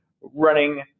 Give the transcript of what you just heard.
running